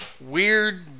Weird